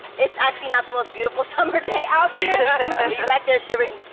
it's actually not the most beautiful summer day out here. are you back there shivering?